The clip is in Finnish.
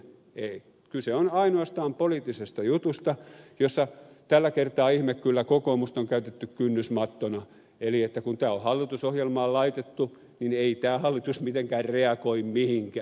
ei kyse on ainoastaan poliittisesta jutusta jossa tällä kertaa ihme kyllä kokoomusta on käytetty kynnysmattona eli vaikka tämä on hallitusohjelmaan laitettu niin ei tämä hallitus mitenkään reagoi mihinkään